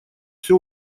все